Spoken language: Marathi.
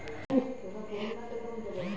भारतातील सिंचनाचा मुख्य स्रोत तलाव आहे